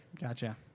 gotcha